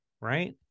right